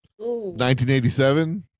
1987